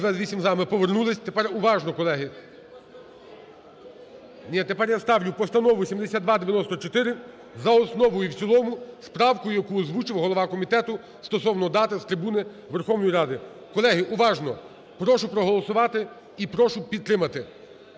За-228 Ми повернулись. Тепер уважно, колеги… Ні, тепер я ставлю постанову 7294 за основу і в цілому з правкою, яку озвучив голова комітету стосовно дати з трибуни Верховної Ради. Колеги, уважно! Прошу проголосувати і прошу підтримати.